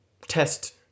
test